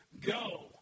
go